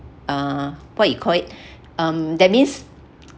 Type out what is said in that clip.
uh what you call it um that means